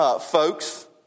folks